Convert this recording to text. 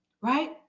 right